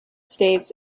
states